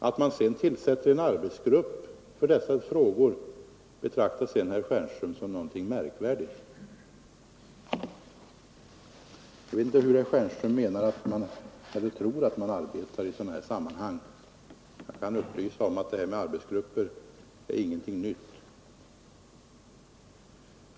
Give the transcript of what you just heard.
Att man sedan tillsätter en arbetsgrupp att utreda dessa frågor betraktar herr Stjernström som något märkvärdigt. Jag vet inte hur herr Stjernström tror att man arbetar i sådana här sammanhang, men jag kan upplysa om att detta med arbetsgrupper inte är någonting nytt.